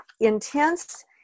intense